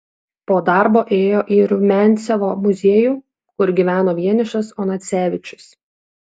po darbo ėjo į rumiancevo muziejų kur gyveno vienišas onacevičius